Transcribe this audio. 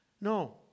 No